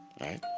right